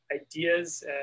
ideas